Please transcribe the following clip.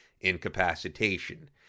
incapacitation